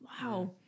Wow